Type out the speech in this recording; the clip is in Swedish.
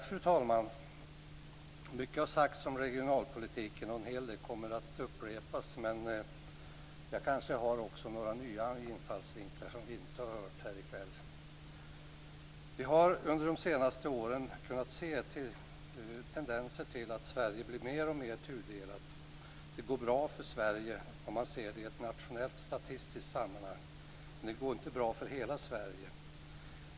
Fru talman! Mycket har sagts om regionalpolitiken, och en hel det kommer att upprepas. Men jag kanske också har några nya infallsvinklar som vi inte har hört om här i kväll. Vi har under de senaste åren kunnat se tendenser till att Sverige blir mer och mer tudelat. Det går bra för Sverige om man ser det i ett nationellt statistiskt sammanhang. Men det går inte bra för hela Sverige.